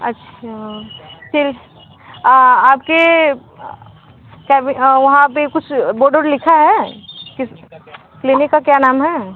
अच्छा फिर आपके का भी हाँ वहाँ पर कुछ बोड ओड लिखा है किस क्लिनिक का क्या नाम है